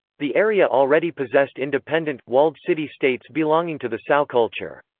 the area already possessed independent, walled city-states belonging to the sao culture.